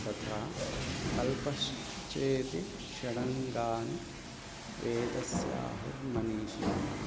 तथा कल्पश्चेति षडङ्गानि वेदस्याहुर्मनीषिणः